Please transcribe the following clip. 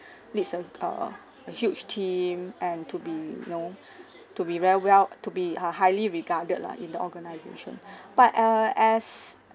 leads a err a huge team and to be know to be very well to be uh highly regarded lah in the organisation but err as